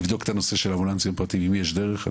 תבדוק את הנושא של אמבולנסים פרטיים אם יש דרך,